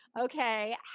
Okay